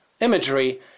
imagery